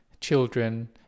children